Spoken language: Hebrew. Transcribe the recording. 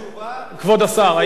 כבוד השר, האם סיימת?